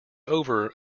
over